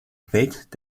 welt